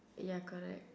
ya correct